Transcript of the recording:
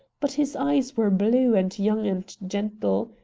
but his eyes were blue and young and gentle.